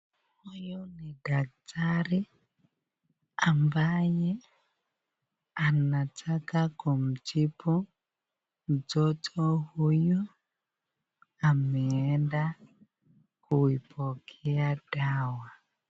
Huyu ni daktari ambaye anataka kumtibu mtoto huyu ameenda kuipokea dawa.